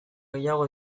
gehiago